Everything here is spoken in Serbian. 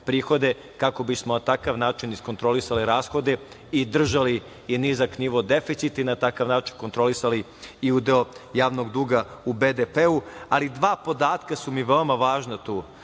kako bismo na takav način iskontrolisali rashode i držali i nizak nivo deficita i na takav način kontrolisali i udeo javnog duga u BDP. Ali, dva podatka su mi veoma važna tu.